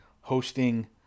hosting